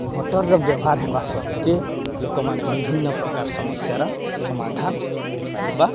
ମଟର୍ର ବ୍ୟବହାର ହେବା ସତ୍ୱେ ଲୋକମାନେ ବିଭିନ୍ନପ୍ରକାର ସମସ୍ୟାର ସମାଧାନ କରିପାରିବା